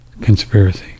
Conspiracy